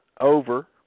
over